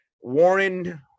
Warren